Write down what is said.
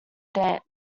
dance